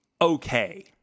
okay